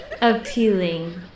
Appealing